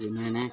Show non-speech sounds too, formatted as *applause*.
*unintelligible*